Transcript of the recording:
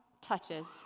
touches